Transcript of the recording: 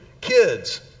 Kids